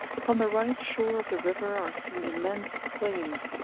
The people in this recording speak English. upon the right shore of the river are seen immense plains,